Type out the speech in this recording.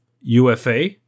ufa